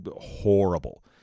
horrible